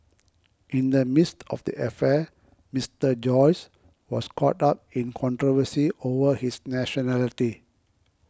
in the midst of the affair Mister Joyce was caught up in controversy over his nationality